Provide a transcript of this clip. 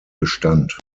bestand